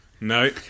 No